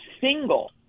single